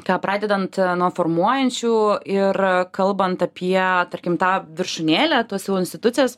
ką pradedant nuo formuojančių ir kalbant apie tarkim tą viršūnėlę tos institucijos